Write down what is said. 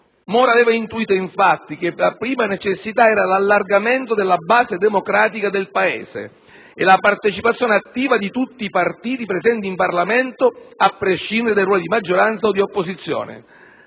Moro aveva intuito infatti che la prima necessità era l'allargamento della base democratica del Paese con la partecipazione attiva di tutti i partiti presenti in Parlamento, a prescindere dai ruoli di maggioranza o di opposizione.